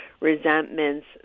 resentments